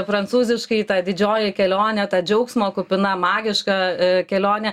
prancūziškai ta didžioji kelionė ta džiaugsmo kupina magiška kelionė